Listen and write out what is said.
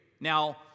Now